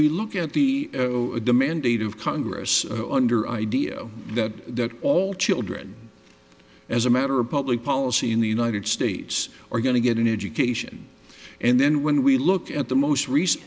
we look at the demand data of congress under idea that all children as a matter of public policy in the united states or going to get an education and then when we look at the most recent